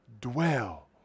dwell